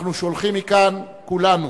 אנחנו שולחים מכאן, כולנו,